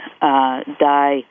die